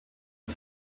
der